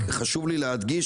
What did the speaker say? לי להדגיש,